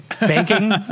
Banking